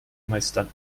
meistern